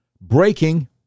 Breaking